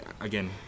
again